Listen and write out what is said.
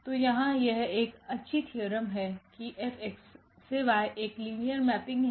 तो यहाँ यह एक अच्छी थ्योरम है किFX→Yएक लिनियर मेपिंग है